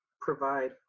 provide